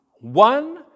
one